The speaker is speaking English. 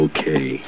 Okay